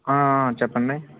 చెప్పండి